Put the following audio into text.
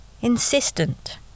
insistent